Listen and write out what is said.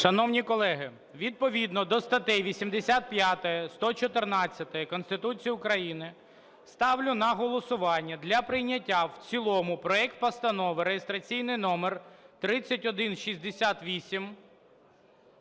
Шановні колеги, відповідно до статей 85, 114 Конституції України ставлю на голосування для прийняття в цілому проект Постанови (реєстраційний номер 3168)